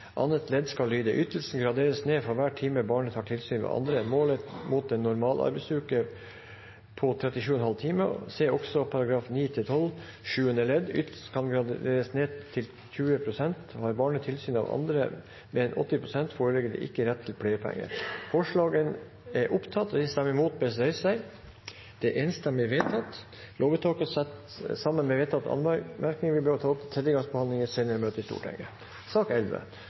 annet ledd skal lyde: Ytelsen graderes ned for hver time barnet har tilsyn av andre, målt mot en normalarbeidsuke på 37,5 timer, se også § 9-12 sjuende ledd. Ytelsen kan graderes ned til 20 prosent. Har barnet tilsyn av andre mer enn 80 prosent, foreligger det ikke rett til pleiepenger.» Anmerkningen til lovvedtak 75 er dermed bifalt. Lovvedtaket, med den vedtatte anmerkning, vil bli satt opp til tredje gangs behandling i et senere møte i Stortinget. Sak